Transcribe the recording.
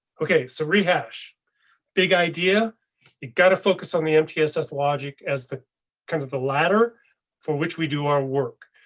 ok, so rehash big idea it got to focus on the mtss logic as the kind of the ladder for which we do our work.